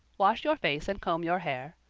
wash your face and comb your hair.